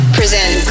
present